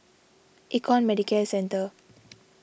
Econ Medicare Centre